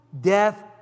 death